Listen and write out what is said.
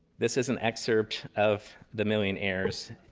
this is an excerpt of the million heirs,